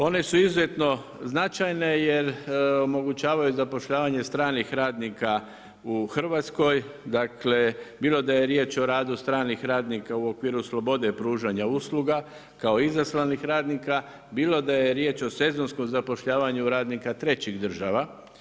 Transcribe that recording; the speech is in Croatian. One su izuzetno značajne jer omogućavaju zapošljavanje stranih radnika u Hrvatskoj, dakle bilo da je riječ o radu stranih radnika u okviru slobode pružanja usluga kao izaslanih radnika, bilo da je riječ o sezonskom zapošljavanju radnika trećih država.